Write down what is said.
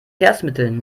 verkehrsmitteln